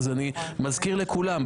אני מזכיר לכולם,